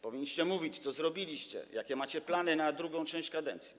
Powinniście mówić, co zrobiliście, jakie macie plany na drugą część kadencji.